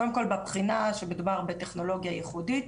קודם כל בבחינה שמדובר בטכנולוגיה ייחודית.